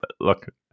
Look